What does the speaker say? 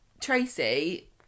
Tracy